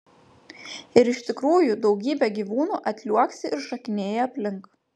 ir iš tikrųjų daugybė gyvūnų atliuoksi ir šokinėja aplink